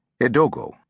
Edogo